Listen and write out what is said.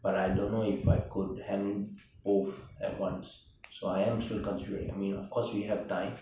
but I don't know if I could handle both at once so I am still considering I mean of course we have time